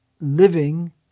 living